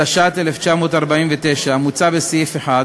התש"ט 1949, המוצע בסעיף 1(2)